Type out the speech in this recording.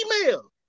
email